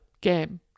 game